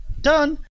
Done